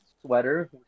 sweater